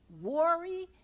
worry